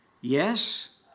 Yes